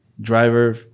driver